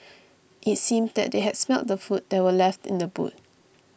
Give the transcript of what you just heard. it seemed that they had smelt the food that were left in the boot